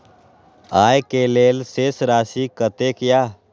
आय के लेल शेष राशि कतेक या?